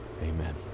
Amen